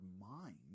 mind